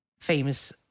famous